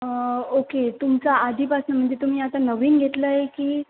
okay तुमचं आधीपासून म्हणजे तुम्ही आता नवीन घेतलं आहे की